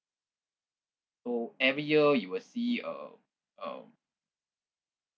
so every year you will see a a